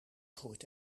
groeit